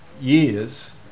years